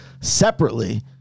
separately